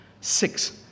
six